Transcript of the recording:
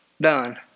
done